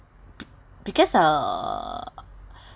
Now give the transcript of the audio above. because uh